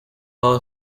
iwawe